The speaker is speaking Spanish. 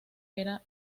era